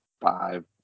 Five